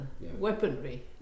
weaponry